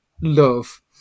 love